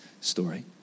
story